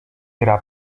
gra